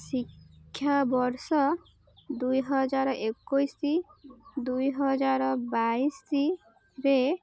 ଶିକ୍ଷାବର୍ଷ ଦୁଇ ହଜାର ଏକୋଇଶ ଦୁଇ ହଜାର ବାଇଶରେ